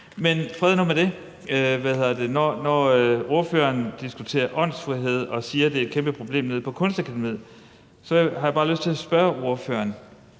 Men fred nu med det. Når ordføreren diskuterer åndsfrihed og siger, det er et kæmpe problem på Kunstakademiet, har jeg bare lyst til at spørge ordføreren: